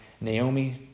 Naomi